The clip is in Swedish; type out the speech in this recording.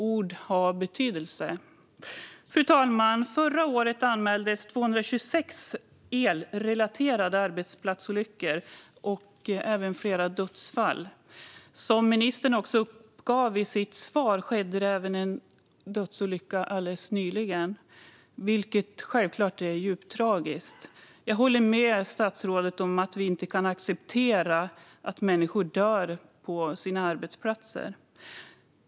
Ord har betydelse. Fru talman! Förra året anmäldes 226 elrelaterade arbetsplatsolyckor och även flera dödsfall. Som ministern också uppgav i sitt svar skedde det även en dödsolycka alldeles nyligen, vilket självklart är djupt tragiskt. Jag håller med statsrådet om att vi inte kan acceptera att människor dör på sina arbetsplatser.